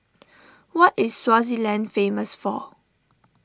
what is Swaziland famous for